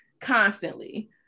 constantly